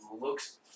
looks